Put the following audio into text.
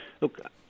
Look